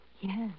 Yes